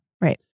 Right